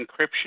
encryption